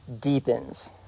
deepens